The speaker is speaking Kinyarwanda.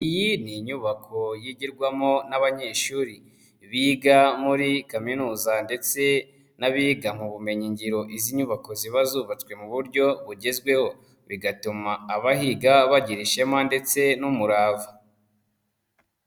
Iyi ni inyubako yigirwamo n'abanyeshuri biga muri kaminuza ndetse n'abiga mu bumenyingiro, izi nyubako ziba zubatswe mu buryo bugezweho bigatuma abahiga bagira ishema ndetse n'umurava.